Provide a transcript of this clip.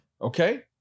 Okay